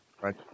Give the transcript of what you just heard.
right